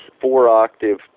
four-octave